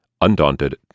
Undaunted